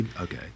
Okay